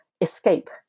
escape